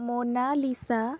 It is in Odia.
ମୋନାଲିସା